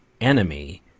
enemy